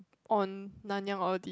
on Nanyang Audi